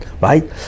Right